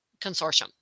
consortium